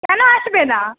কেন আসবে না